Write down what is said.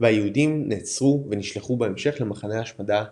והיהודים נעצרו ונשלחו בהמשך למחנה ההשמדה טרבלינקה.